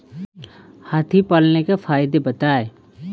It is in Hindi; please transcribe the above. हाथी पालने के फायदे बताए?